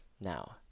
Now